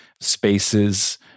spaces